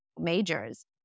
majors